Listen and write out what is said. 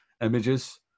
images